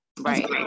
Right